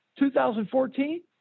2014